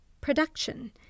Production